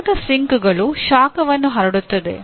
ಶಾಖದ ಸಿಂಕ್ಗಳು ಶಾಖವನ್ನು ಹರಡುತ್ತದೆ